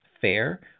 fair